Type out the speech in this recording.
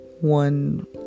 one